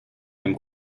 dem